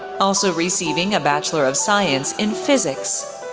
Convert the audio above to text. also receiving a bachelor of science in physics.